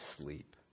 sleep